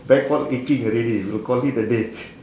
back all aching already we will call it a day